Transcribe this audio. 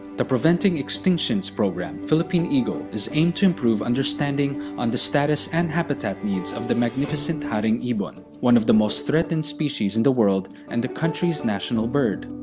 the preventing extinctions programme philippine eagle is aimed to improve understanding on the status and habitat needs of the magnificent haring ibon one of the most threatened species in the world, and the country's national bird.